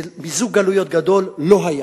מיזוג גלויות גדול לא היה.